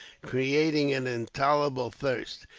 creating an intolerable thirst.